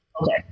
Okay